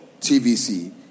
TVC